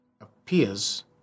appears